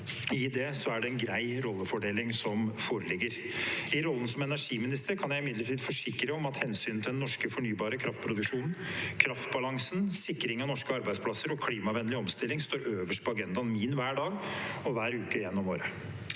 at det er en grei rollefordeling som foreligger. I rollen som energiminister kan jeg imidlertid forsikre om at hensynet til den norske fornybare kraftproduksjonen, kraftbalansen, sikring av norske arbeidsplasser og klimavennlig omstilling står øverst på agendaen min hver dag og hver uke gjennom året.